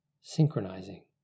synchronizing